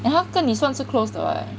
and 他跟你算是 close 的 [what]